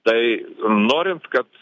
tai norint kad